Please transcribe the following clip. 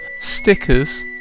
stickers